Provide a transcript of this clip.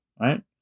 right